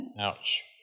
Ouch